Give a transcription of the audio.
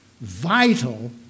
vital